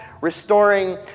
restoring